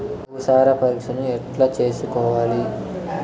భూసార పరీక్షను ఎట్లా చేసుకోవాలి?